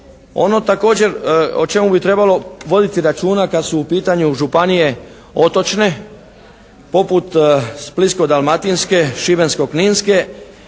Ono također o čemu bi trebalo voditi računa kad su u pitanju županije otočne poput Splitsko-dalmatinske, Šibensko-kninske